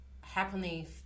happening